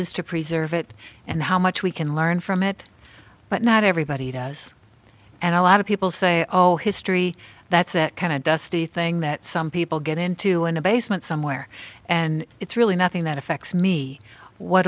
is to preserve it and how much we can learn from it but not everybody does and a lot of people say oh history that's that kind of dusty thing that some people get into in a basement somewhere and it's really nothing that affects me what